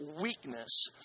weakness